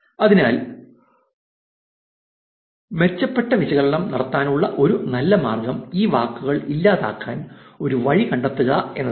അതിനാൽ മെച്ചപ്പെട്ട വിശകലനം നടത്താനുള്ള ഒരു നല്ല മാർഗം ഈ വാക്കുകൾ ഇല്ലാതാക്കാൻ ഒരു വഴി കണ്ടെത്തുക എന്നതാണ്